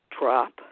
drop